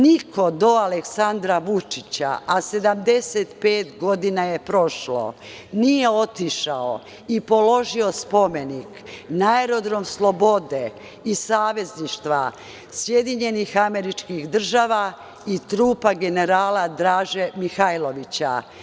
Niko do Aleksandra Vučića, a 75 godina je prošlo, nije otišao i položio cveće na spomenik „Aerodrom slobode i savezništva SAD i trupa generala Draže Mihajlovića“